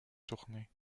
tournée